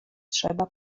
trzeba